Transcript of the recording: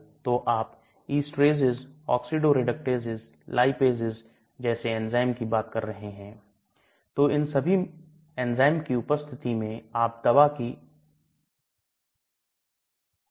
इसलिए अगर मुझे तेज क्रिया वाली दवा चाहिए तो मैं चाहता हूं कि यह इसमें घुल जाए अगर मुझे एक सामान्य दवा चाहिए तो मैं चाहता हूं कि यह छोटी आत में घुल जाए